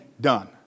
done